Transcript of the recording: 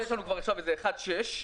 יש לנו כבר עכשיו 1.6 מיליון.